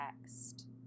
text